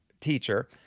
teacher